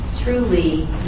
Truly